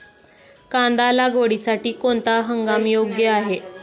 कांदा लागवडीसाठी कोणता हंगाम योग्य आहे?